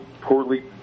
poorly